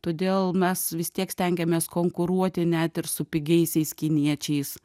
todėl mes vis tiek stengiamės konkuruoti net ir su pigiaisiais kiniečiais